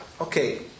okay